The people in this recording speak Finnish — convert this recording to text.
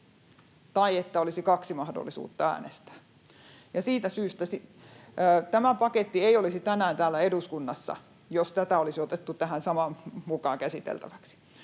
niin, että olisi kaksi mahdollisuutta äänestää. Tämä paketti ei olisi tänään täällä eduskunnassa, jos tämä olisi otettu mukaan tähän samaan käsiteltäväksi.